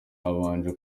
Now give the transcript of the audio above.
habanje